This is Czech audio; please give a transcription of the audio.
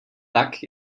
tak